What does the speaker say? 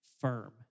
firm